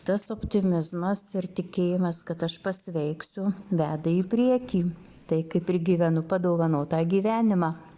tas optimizmas ir tikėjimas kad aš pasveiksiu veda į priekį tai kaip ir gyvenu padovanotą gyvenimą